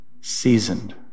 seasoned